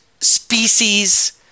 species